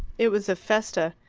it was a festa,